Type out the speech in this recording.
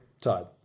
Todd